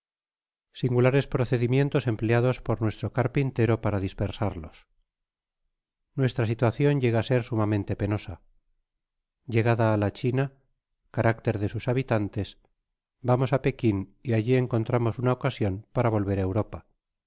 singulares procedimientos empleados por nuestro carpintero para dispersarlos nuestra situacion llega a ser sumamente penosa llegada a la china carácter de sus habitantes vamos a pekin y allí encontramos una ocasion para volver europa